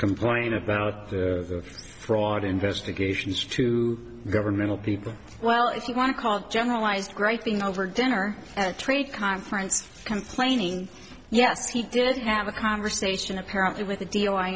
complain about throw out investigations to governmental people well if you want to call generalized griping over dinner at a trade conference complaining yes he did have a conversation apparently with a deal i